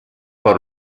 por